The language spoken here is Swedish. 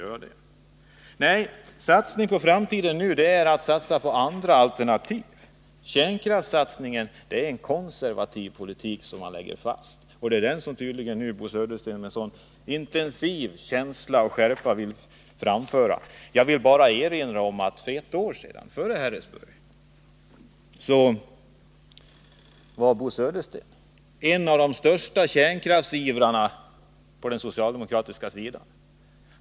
Vad det gäller för framtiden är att satsa på andra alternativ. Kärnkraftssatsningen innebär att man lägger fast en konservativ politik. Det är tydligen den politiken som Bo Södersten med en så intensiv känsla och skärpa talar för. Jag vill bara erinra om att för ett år sedan — före Harrisburg — var Bo Södersten en av de främsta kärnkraftsivrarna på den socialdemokratiska sidan.